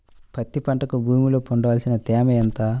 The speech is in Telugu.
పత్తి పంటకు భూమిలో ఉండవలసిన తేమ ఎంత?